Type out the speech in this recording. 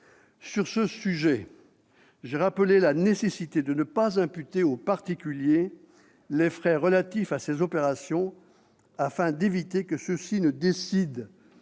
Sur ce sujet, j'ai rappelé la nécessité de ne pas imputer aux particuliers les frais relatifs à ces opérations, afin d'éviter que ceux-ci ne décident,